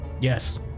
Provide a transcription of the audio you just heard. Yes